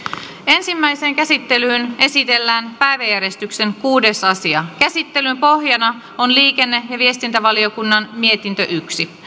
ensimmäiseen käsittelyyn esitellään päiväjärjestyksen kuudes asia käsittelyn pohjana on liikenne ja viestintävaliokunnan mietintö yksi